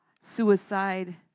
suicide